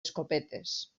escopetes